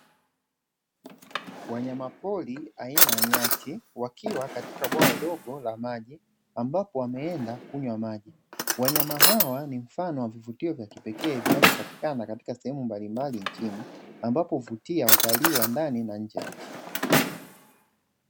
Wanyama pori aina ya nyati wakiwa katika bwawa dogo la maji, ambapo wameenda kunywa maji, wanyama hawa ni mfano wa vivutio vya kipekee vinavyopatikana katika sehemu mbalimbali nchini, ambapo huvutia watalii wa ndani na nje ya nchi.